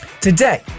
Today